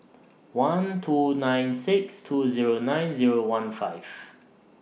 one two nine six two Zero nine Zero one five